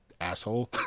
Asshole